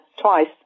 twice